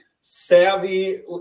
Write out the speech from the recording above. savvy